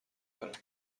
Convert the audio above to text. دارد